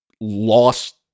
lost